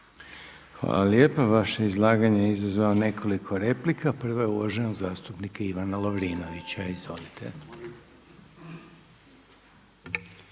Hvala lijepa. Vaše izlaganje je izazvalo nekoliko replika. Prva je uvaženog zastupnika Ivana Lovrinovića. Izvolite.